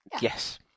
Yes